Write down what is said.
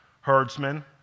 herdsmen